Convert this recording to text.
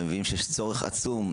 ומבינים שיש צורך עצום.